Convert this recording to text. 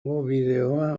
bideoa